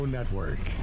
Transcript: Network